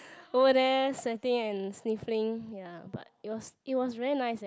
over there sweating and sniffling ya but it was it was very nice eh